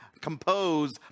compose